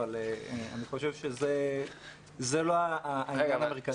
אבל אני חושב שזה לא העניין המרכזי.